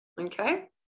okay